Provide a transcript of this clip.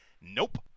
Nope